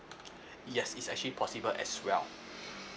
yes it's actually possible as well